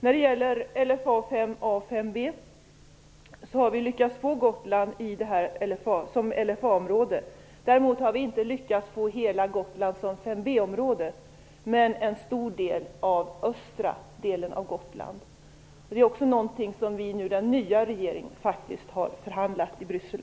När det gäller LFA-stödet och mål 5a och 5b-stöd har vi lyckats få Gotland som LFA-område. Däremot har vi inte lyckats få hela Gotland som 5b-område, men en stor del av östra delen av Gotland. Det är också något som den nuvarande regeringen faktiskt har förhandlat om i Bryssel.